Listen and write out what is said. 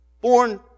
Born